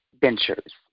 ventures